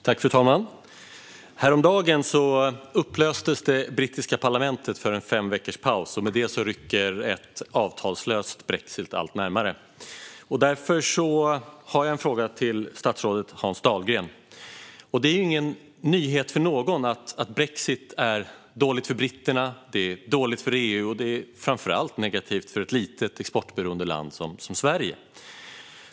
Fru talman! Häromdagen upplöstes det brittiska parlamentet för en fem veckors paus, och med det rycker en avtalslös brexit allt närmare. Därför har jag en fråga till statsrådet Hans Dahlgren. Det är ingen nyhet för någon att brexit är dålig för britterna, dålig för EU och framför allt negativ för ett litet exportberoende land som Sverige.